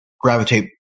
gravitate